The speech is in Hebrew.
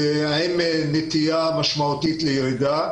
עם נטייה משמעותית לירידה.